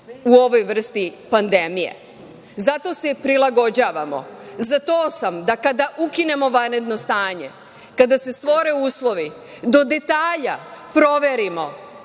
u ovoj vrsti pandemije, zato se prilagođavamo. Za to sam da, kada ukinemo vanredno stanje, kada se stvore uslovi, do detalja proverimo